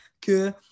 que